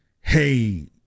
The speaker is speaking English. hey